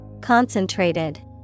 Concentrated